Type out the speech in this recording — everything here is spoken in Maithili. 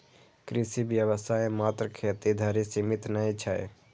कृषि व्यवसाय मात्र खेती धरि सीमित नै छै